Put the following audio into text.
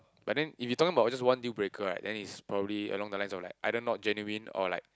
but then if you talking about just one deal breaker right then is probably along the lines of like either not genuine or like